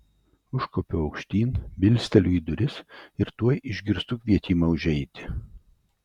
užkopiu aukštyn bilsteliu į duris ir tuoj išgirstu kvietimą užeiti